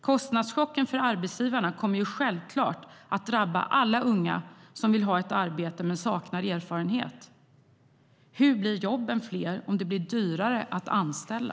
Kostnadschocken för arbetsgivarna kommer självklart att drabba alla unga som vill ha ett arbete men saknar erfarenhet. Hur blir jobben fler om det blir dyrare att anställa?